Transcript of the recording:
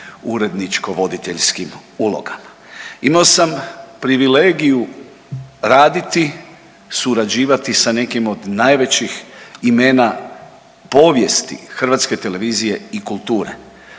uredničko voditeljskim ulogama. Imao sam privilegiju raditi, surađivati sa nekim od najvećih imena povijesti hrvatske televizije i kulture.